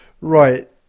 Right